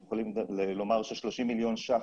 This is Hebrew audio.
אני יכול לומר ש-30 מיליון שקלים,